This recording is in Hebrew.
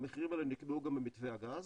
המחירים האלה נקבעו גם במתווה הגז.